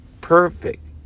perfect